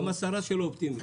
גם השרה שלו אופטימית.